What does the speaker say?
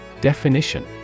Definition